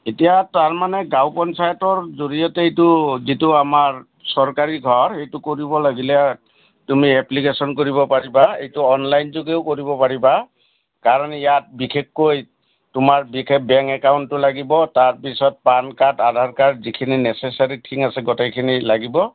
এতিয়া তাৰমানে গাঁও পঞ্চায়তৰ জৰিয়তে এইটো যিটো আমাৰ চৰকাৰী ঘৰ সেইটো কৰিব লাগিলে তুমি এপ্লিকেশ্যন কৰিব পাৰিবা এইটো অনলাইন যোগেও কৰিব পাৰিবা কাৰণ ইয়াত বিশেষকৈ তোমাৰ বিশেষ বেংক একাউণ্টটো লাগিব তাৰপিছত পান কাৰ্ড আধাৰ কাৰ্ড যিখিনি নেচেছাৰী থিং আছে গোটেইখিনি লাগিব